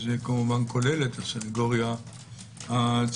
וזה כולל את הסנגוריה הציבורית.